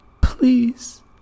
please